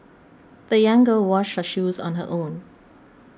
the young girl washed her shoes on her own